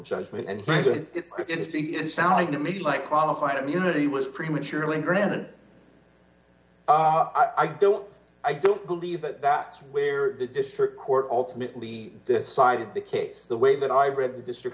judgment and it's been sounding to me my qualified immunity was prematurely granted i don't i don't believe it that's where the district court ultimately decided the case the way that i read the district